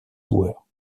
joueurs